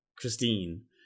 Christine